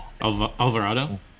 Alvarado